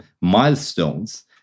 milestones